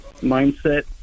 Mindset